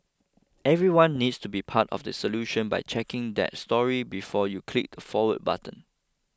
everyone needs to be part of the solution by checking that story before you click the forward button